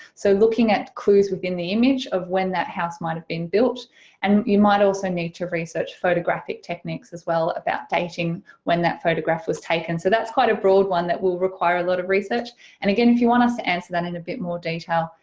so looking at clues within the image of when that house might have been built and you might also need to research photographic techniques as well about dating when that photograph was taken. so that's quite a broad one that will require a lot of research and again if you want us to answer that in a bit more detail,